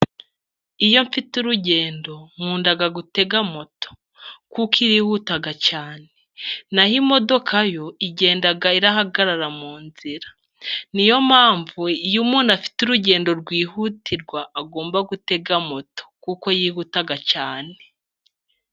iyo mfite urugendo nkunda gutega moto kuko irihuta cyane .Naho imodoka yo igenda ihagarara mu nzira . Niyo mpamvu iyo umuntu afite urugendo rwihutirwa , agomba gutega moto kuko yihuta cyane.